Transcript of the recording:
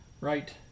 Right